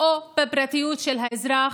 או בפרטיות של האזרח,